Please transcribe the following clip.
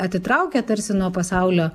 atitraukia tarsi nuo pasaulio